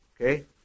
Okay